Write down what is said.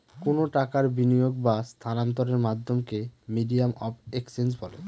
কোনো টাকার বিনিয়োগ বা স্থানান্তরের মাধ্যমকে মিডিয়াম অফ এক্সচেঞ্জ বলে